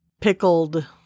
pickled